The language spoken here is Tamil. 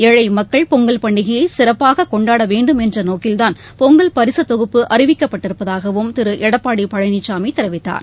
ஏழை மக்கள் பொங்கல் பண்டிகையை சிறப்பாக கொண்டாட வேண்டும் என்ற நோக்கில்தான் பொங்கல் பரிசுத் தொகுப்பு அறிவிக்கப்பட்டிருப்பதாகவும் திரு எடப்பாடி பழனிசாமி தெரிவித்தார்